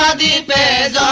um the bad